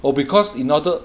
oh because in order